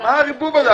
מה הערבוב הזה?